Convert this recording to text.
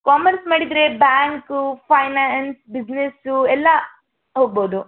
commerce ಮಾಡಿದರೆ bank finance business ಎಲ್ಲ ಹೋಗ್ಬೋದು